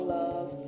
love